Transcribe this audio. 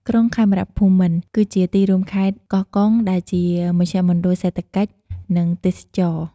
ក្រុងខេមរភូមិន្ទ គឺជាទីរួមខេត្តកោះកុងដែលជាមជ្ឈមណ្ឌលសេដ្ឋកិច្ច និងទេសចរណ៍។